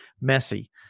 messy